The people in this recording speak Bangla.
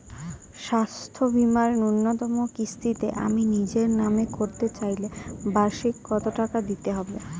স্বাস্থ্য বীমার ন্যুনতম কিস্তিতে আমি নিজের নামে করতে চাইলে বার্ষিক কত টাকা দিতে হবে?